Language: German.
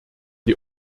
die